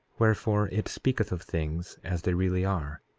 wherefore, it speaketh of things as they really are,